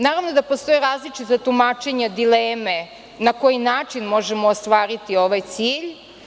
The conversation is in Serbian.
Naravno da postoje različita tumačenje dileme na koji način možemo ostvariti ovaj cilj.